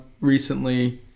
recently